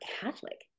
Catholic